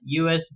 USB